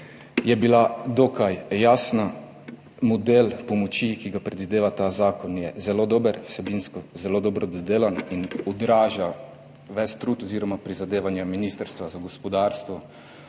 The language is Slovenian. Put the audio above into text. je bila dokaj jasna, model pomoči, ki ga predvideva ta zakon, je zelo dober, vsebinsko zelo dobro dodelan in odraža ves trud oziroma prizadevanja Ministrstva za gospodarstvo